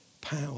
power